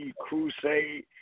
Crusade